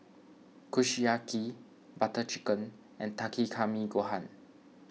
Kushiyaki Butter Chicken and Takikomi Gohan